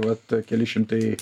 vat keli šimtai